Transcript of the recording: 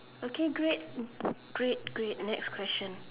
okay great great great next question